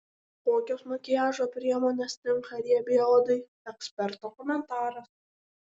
kokios makiažo priemonės tinka riebiai odai eksperto komentaras